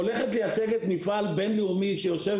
הולכת לייצג את המפעל הבין לאומי שיושב